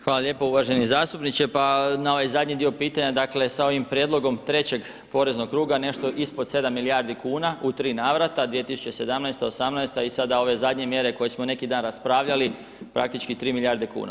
Hvala lijepo uvaženi zastupniče, pa na ovaj zadnji dio pitanja, dakle, s ovim prijedlogom trećeg poreznog kruga, nešto ispod 7 milijardi kuna u tri navrata, 2017., 2018. i sada ove zadnje mjere koje smo neki dan raspravljali, praktički 3 milijarde kuna.